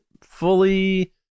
fully